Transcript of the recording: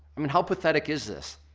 i mean how pathetic is this?